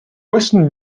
western